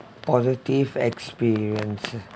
positive experience